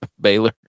Baylor